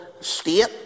state